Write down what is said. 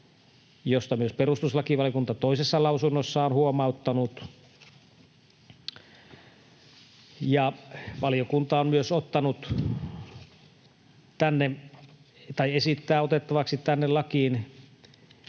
josta myös perustuslakivaliokunta toisessa lausunnossaan on huomauttanut, ja valiokunta myös esittää otettavaksi tänne lakiin